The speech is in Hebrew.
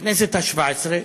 בכנסת השבע-עשרה